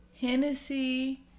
Hennessy